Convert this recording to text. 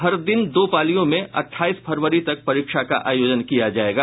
हर दिन दो पालियों में अठाईस फरवरी तक परीक्षा का आयोजन किया जायेगा